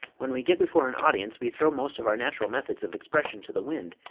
when we get before an audience, we throw most of our natural methods of expression to the wind,